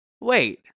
wait